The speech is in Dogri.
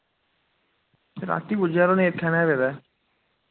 राती पुज्जेआ यरो इत्थै